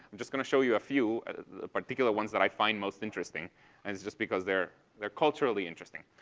i'm just going to show you a few particular ones that i find most interesting, and it's just because they're they're culturally interesting.